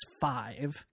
five